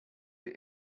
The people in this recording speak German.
sie